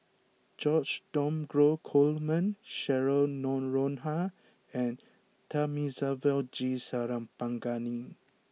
George Dromgold Coleman Cheryl Noronha and Thamizhavel G Sarangapani